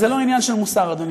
אז זה לא עניין של מוסר, אדוני